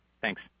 Thanks